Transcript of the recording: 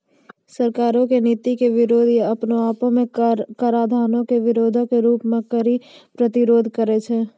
सरकारो के नीति के विरोध या अपने आपो मे कराधानो के विरोधो के रूपो मे कर प्रतिरोध करै छै